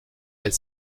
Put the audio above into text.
elle